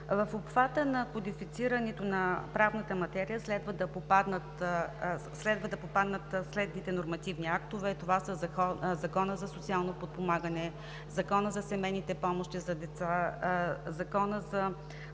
В обхвата на кодифицирането на правната материя следва да попаднат следните нормативни актове: това са Законът за социално подпомагане, Законът за семейните помощи за деца, Законът за